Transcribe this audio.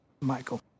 michael